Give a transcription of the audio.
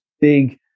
big